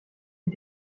est